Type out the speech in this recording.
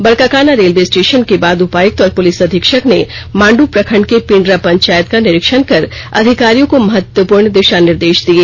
Barkakana railway station के बाद उपायुक्त और पूलिस अधीक्षक ने मांडू प्रखंड के पिंडरा पंचायत का निरीक्षण कर अधिकारियों को महत्वपूर्ण दिशा निर्देश दिए